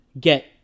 get